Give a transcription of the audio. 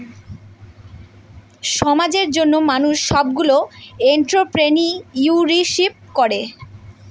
সমাজের জন্য মানুষ সবগুলো এন্ট্রপ্রেনিউরশিপ করে